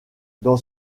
dans